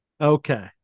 Okay